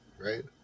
right